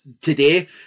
today